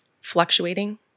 Fluctuating